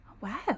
Wow